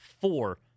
four